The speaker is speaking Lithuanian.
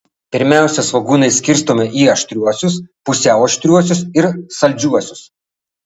pirmiausia svogūnai skirstomi į aštriuosius pusiau aštriuosius ir saldžiuosius